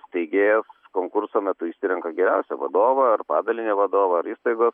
steigėjas konkurso metu išsirenka geriausią vadovą ar padalinio vadovą ar įstaigos